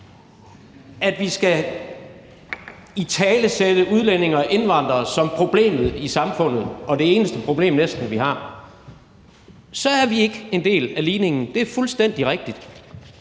at vi skal italesætte udlændinge og indvandrere som problemet i samfundet og næsten det eneste problem, vi har, så er vi ikke en del af ligningen – det er fuldstændig rigtigt.